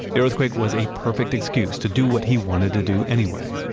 the earthquake was a perfect excuse to do what he wanted to do anyway,